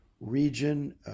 region